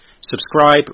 subscribe